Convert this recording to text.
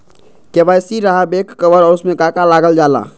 KYC रहा back cover और उसमें का का लागल जाला?